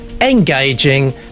engaging